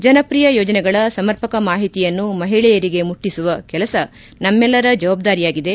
ಜನಪ್ರಿಯ ಯೋಜನೆಗಳ ಸಮರ್ಪಕ ಮಾಹಿತಿಯನ್ನು ಮಹಿಳೆಯರಿಗೆ ಮುಟ್ಟಿಸುವ ಕೆಲಸ ನಮ್ನೆಲ್ಲರ ಜವಾಬ್ದಾರಿಯಾಗಿದೆ